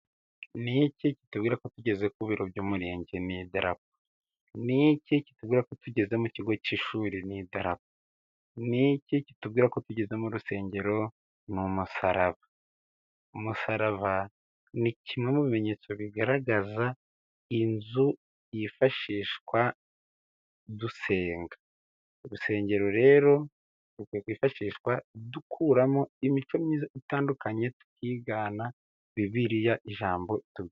Ni iki kitubwira ko tugeze ku biro by'umurenge? Ni idarapo. Ni iki kitubwira ko kutugeze mu kigo cy'ishuri? Ni idarapo. Ni iki kitubwira ko tugeze mu rusengero? Ni umusaraba. Umusaraba ni kimwe mu bimenyetso bigaragaza inzu yifashishwa dusenga. Urusengero rero rukwiye kwifashishwa dukuramo imico myiza itandukanye, twigana Bibiliya ijambo tu....